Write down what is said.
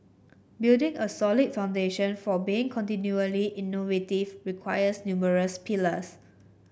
building a solid foundation for being continually innovative requires numerous pillars